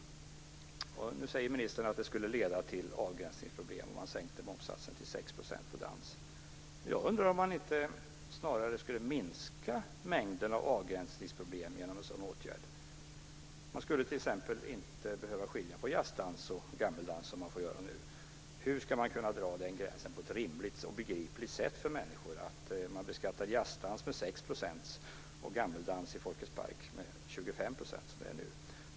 Ministern säger nu att det skulle leda till avgränsningsproblem om man sänkte momssatsen för dans till 6 %. Jag undrar om man inte snarare skulle minska mängden av avgränsningsproblem med en sådan åtgärd. Man skulle t.ex. inte behöva skilja mellan jazzdans och gammaldans, som man nu får göra. Hur ska man kunna dra den gränsen på ett rimligt och för människor begripligt sätt? Som det är nu beskattar man jazzdans med 6 % och gammaldans i Folkets park med 25 %.